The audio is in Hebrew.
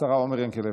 השרה עומר ינקלביץ'.